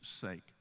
sake